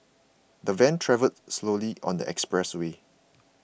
the van travelled slowly on the expressway